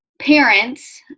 parents